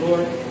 Lord